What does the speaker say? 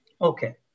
Okay